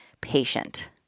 patient